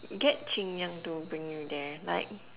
get Chin-Yuan to bring you there like